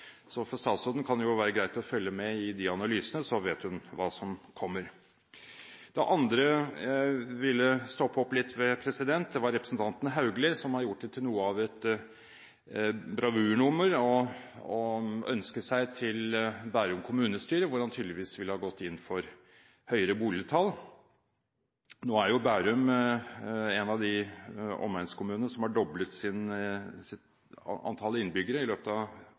så vet hun hva som kommer. Det andre jeg ville stoppe litt opp ved, var representanten Haugli, som har gjort det til noe av et bravurnummer å ønske seg til Bærum kommunestyre, hvor han tydeligvis ville ha gått inn for høyere boligtall. Nå er jo Bærum en av de omegnskommunene som har doblet sitt antall innbyggere i løpet av